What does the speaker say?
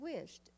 wished